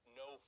no